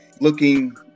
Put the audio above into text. looking